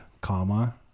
comma